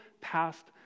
past